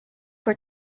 for